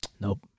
Nope